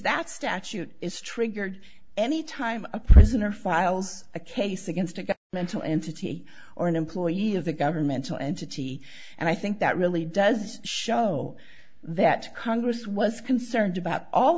that's statute is triggered anytime a prisoner files a case against a mental institution or an employee of the governmental entity and i think that really does show that congress was concerned about all